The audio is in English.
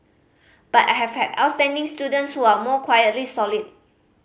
but I have had outstanding students who are more quietly solid